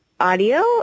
Audio